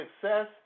success